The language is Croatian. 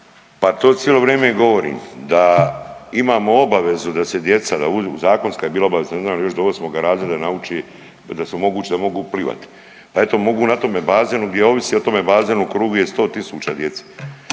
Pa to cijelo vrijeme i govorim da imamo obavezu da se djeca, da budu, zakonska je bila obaveza ne znam jel još do 8 razreda nauči da se omogući da mogu plivat. A eto mogu na tome bazenu gdje ovise o tome bazenu u krugu je 100.000 djece.